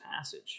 passage